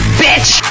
bitch